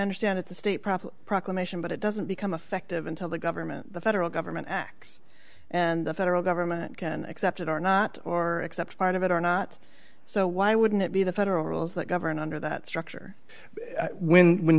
understand it's a state problem proclamation but it doesn't become effective until the government the federal government acts and the federal government can accept it or not or accept part of it or not so why wouldn't it be the federal rules that govern under that structure when when